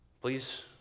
Please